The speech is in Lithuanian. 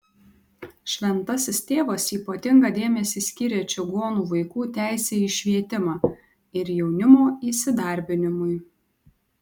šventasis tėvas ypatingą dėmesį skyrė čigonų vaikų teisei į švietimą ir jaunimo įsidarbinimui